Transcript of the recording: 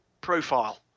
profile